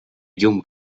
llum